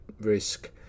risk